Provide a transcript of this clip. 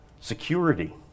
security